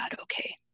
okay